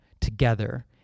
together